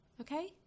Okay